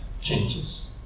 changes